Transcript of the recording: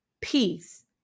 Peace